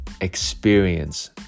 experience